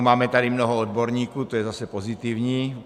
Máme tady mnoho odborníků, to je zase pozitivní.